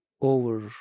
over